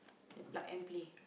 the plug and play